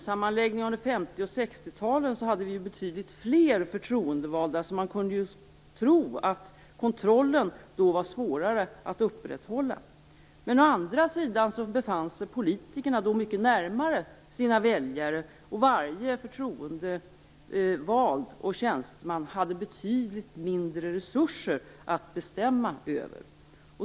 60-talen hade vi betydligt fler förtroendevalda, så man kunde ju tro att kontrollen då var svårare att upprätthålla. Men å andra sidan befann sig politikerna då mycket närmare sina väljare, och varje förtroendevald och tjänsteman hade betydligt mindre resurser att bestämma över.